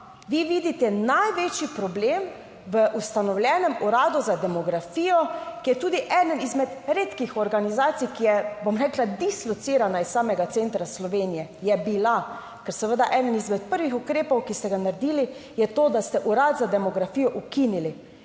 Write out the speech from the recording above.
vi vidite največji problem v ustanovljenem uradu za demografijo, ki je tudi eden izmed redkih organizacij, ki je, bom rekla, dislocirana iz samega centra Slovenije, je bila, ker seveda eden izmed prvih ukrepov, ki ste ga naredili je to, da ste Urad za demografijo ukinili,